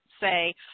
say